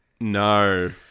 No